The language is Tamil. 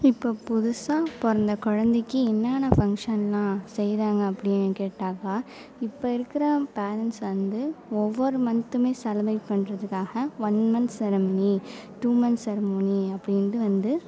இப்போ புதுசாக பிறந்த குழந்தைக்கி என்னென்ன ஃபங்ஷன்லாம் செய்கிறாங்க அப்படின்னு கேட்டாக்க இப்போ இருக்கிற பேரன்ட்ஸ் வந்து ஒவ்வொரு மந்த்துமே செலபரேட் பண்றதுக்காக one month ceremony two month ceremony அப்படின்ட்டு வந்து